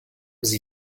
sie